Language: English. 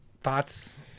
thoughts